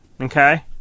okay